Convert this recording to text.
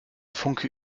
funke